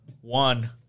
one